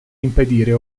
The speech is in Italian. impedire